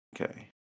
Okay